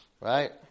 Right